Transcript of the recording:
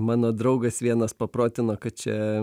mano draugas vienas paprotino kad čia